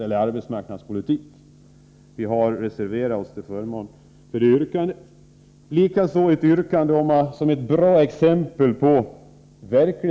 I utskottet har jag reserverat mig till förmån för det yrkandet, likaså för ett yrkande om upprustning av järnvägslinjen Malung-Särna.